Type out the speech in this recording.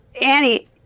Annie